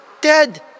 dead